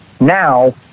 Now